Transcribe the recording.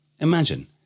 imagine